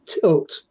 tilt